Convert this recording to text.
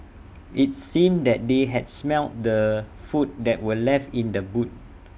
IT seemed that they had smelt the food that were left in the boot